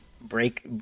break